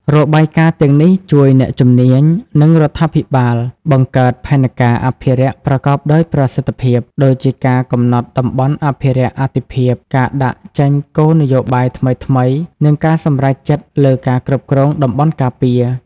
របាយការណ៍ទាំងនេះជួយអ្នកជំនាញ និងរដ្ឋាភិបាលបង្កើតផែនការអភិរក្សប្រកបដោយប្រសិទ្ធភាព ដូចជាការកំណត់តំបន់អភិរក្សអាទិភាព ការដាក់ចេញគោលនយោបាយថ្មីៗ និងការសម្រេចចិត្តលើការគ្រប់គ្រងតំបន់ការពារ។